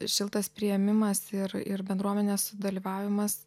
šiltas priėmimas ir ir bendruomenės dalyvavimas